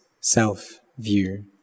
self-view